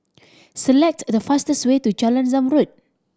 select the fastest way to Jalan Zamrud